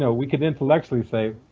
so we can intellectually say,